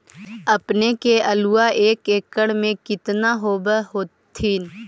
अपने के आलुआ एक एकड़ मे कितना होब होत्थिन?